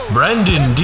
Brandon